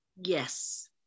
yes